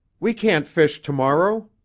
we can't fish tomorrow!